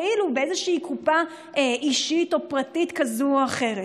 כאילו באיזושהי קופה אישית או פרטית כזו או אחרת.